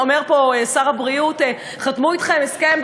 אומר פה שר הבריאות: חתמו אתכם על הסכם,